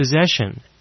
possession